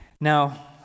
Now